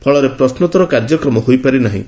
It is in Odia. ଫଳରେ ପ୍ରଶ୍ନୋଉର କାର୍ଯ୍ୟକ୍ରମ ହୋଇପାରି ନାହିଁ